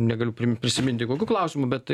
negaliu prim prisiminti kokiu klausimu bet